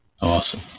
Awesome